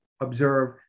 observe